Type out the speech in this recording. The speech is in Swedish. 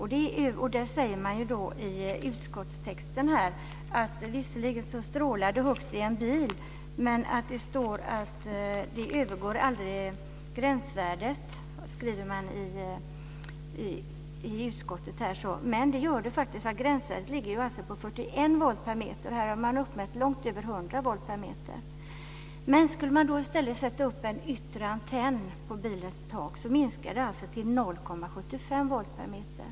I utskottstexten säger man att det visserligen är hög strålning i en bil men att den aldrig överstiger gränsvärdet. Men det gör den faktiskt, därför att gränsvärdet ligger på 41 volt per meter, och här har man uppmätt långt över 100 volt per meter. Skulle man i stället sätta upp en yttre antenn på bilens tak minskar strålningen till 0,75 volt per meter.